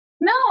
no